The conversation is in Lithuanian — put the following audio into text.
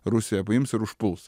rusija paims ir užpuls